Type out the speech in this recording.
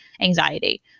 anxiety